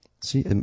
See